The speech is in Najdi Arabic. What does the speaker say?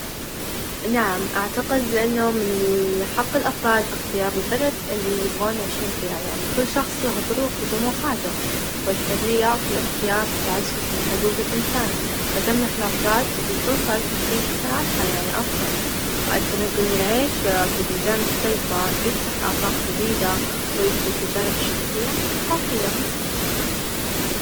ا تأكيد في الحقيقة الواقع يمكن يكون تحدي بس عادة نعتمد على الحواس، والتجارب الشخصية، يعني إذا كنت قادر تشوف، تسمع، تلمس الأشياء هذا يعطيك إحساس بالواقع، بعد الأشياء اللي نختبرها مع الآخرين تعزز شعورنا بالواقع، لكن في النهاية السؤال عن طبيعة الواقع شيء فلسفي معقد، والأهم هو كيف نعيش اللحظة ونستمتع بها.